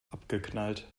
abgeknallt